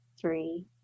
three